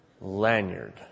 lanyard